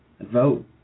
vote